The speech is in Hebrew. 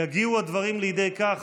יגיעו הדברים לידי כך